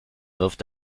wirft